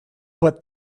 but